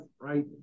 right